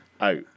out